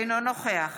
אינו נוכח